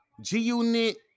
G-Unit